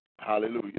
Hallelujah